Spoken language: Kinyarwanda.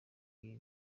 ibi